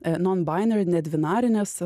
non binary nedvinarinės